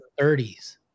30s